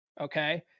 Okay